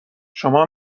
شما